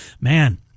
man